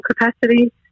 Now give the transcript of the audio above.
capacity